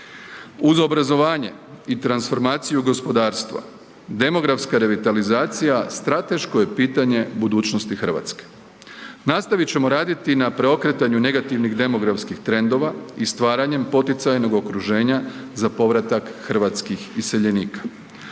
Uz obrazovanje i transformaciju gospodarstva demografska revitalizacija strateško je pitanje budućnosti Hrvatske. Nastavit ćemo raditi na preokretanju negativnih demografskih trendova i stvaranjem poticajnog okruženja za povratak hrvatskih iseljenika.